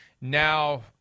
now